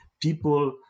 people